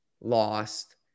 lost